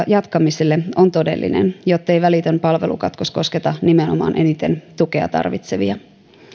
jatkamiselle on todellinen jottei välitön palvelukatkos kosketa nimenomaan eniten tukea tarvitsevia